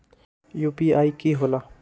UPI कि होला?